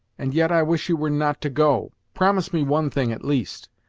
and yet i wish you were not to go! promise me one thing, at least,